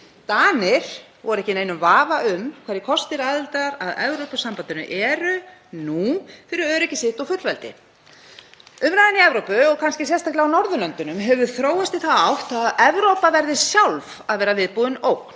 Danir eru ekki í neinum vafa um hverjir kostir aðildar að Evrópusambandinu eru fyrir öryggi sitt og fullveldi. Umræðan í Evrópu og kannski sérstaklega á Norðurlöndunum hefur þróast í þá átt að Evrópa verði sjálf að vera viðbúin ógn.